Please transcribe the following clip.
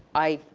i,